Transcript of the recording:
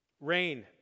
rain